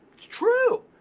it's true.